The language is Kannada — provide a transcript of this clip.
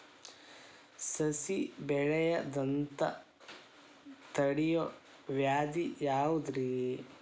ಸಸಿ ಬೆಳೆಯದಂತ ತಡಿಯೋ ವ್ಯಾಧಿ ಯಾವುದು ರಿ?